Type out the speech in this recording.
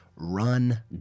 run